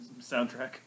Soundtrack